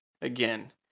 again